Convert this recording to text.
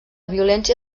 violència